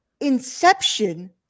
Inception